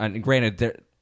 Granted